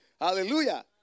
Hallelujah